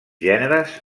gèneres